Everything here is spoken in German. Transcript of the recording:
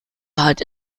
hart